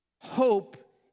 Hope